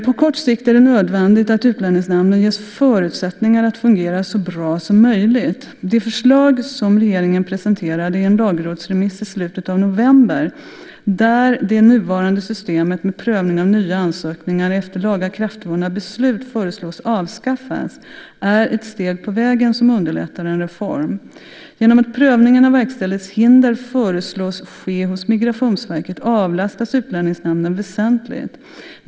På kort sikt är det nödvändigt att Utlänningsnämnden ges förutsättningar att fungera så bra som möjligt. Det förslag som regeringen presenterade i en lagrådsremiss i slutet av november, där det nuvarande systemet med prövning av nya ansökningar efter lagakraftvunna beslut föreslås avskaffas, är ett steg på vägen som underlättar en reform. Genom att prövningen av verkställighetshinder föreslås ske hos Migrationsverket avlastas Utlänningsnämnden väsentligt.